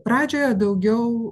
pradžioje daugiau